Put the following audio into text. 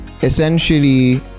essentially